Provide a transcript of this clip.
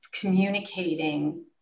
communicating